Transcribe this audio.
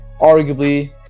arguably